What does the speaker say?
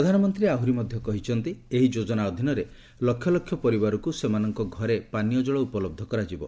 ପ୍ରଧାନମନ୍ତ୍ରୀ କହିଛନ୍ତି ଏହି ଯୋଜନା ଅଧୀନରେ ଲକ୍ଷ ଲକ୍ଷ ପରିବାରଙ୍କୁ ସେମାନଙ୍କ ଘରେ ପାନୀୟ ଜଳ ଉପଲବ୍ଧ କରାଯିବ